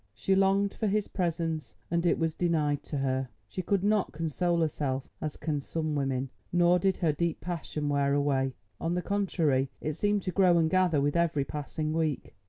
she longed for his presence, and it was denied to her. she could not console herself as can some women, nor did her deep passion wear away on the contrary, it seemed to grow and gather with every passing week.